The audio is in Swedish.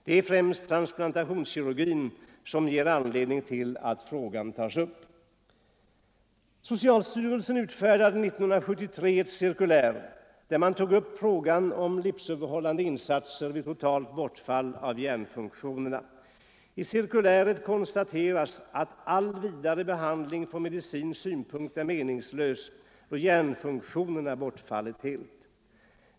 Det är främst transplantationskirurgin som ger anledning till att den frågan tas upp. Socialstyrelsen utfärdade 1973 ett cirkulär, i vilket man tog upp frågan om livsuppehållande insatser vid totalt bortfall av hjärnfunktionerna. I det cirkuläret konstaterades att all vidare behandling från medicinsk synpunkt är meningslös då hjärnfunktionerna har helt bortfallit.